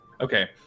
okay